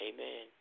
Amen